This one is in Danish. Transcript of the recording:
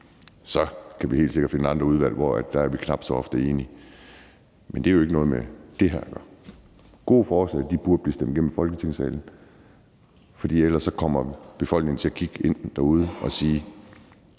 Så kan vi helt sikkert finde andre udvalg, hvor vi knap så ofte er enige, men det har jo ikke noget med det her at gøre. Gode forslag burde blive stemt igennem i Folketingssalen. For ellers kommer befolkningen derude til at sige